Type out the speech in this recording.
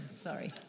Sorry